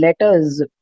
letters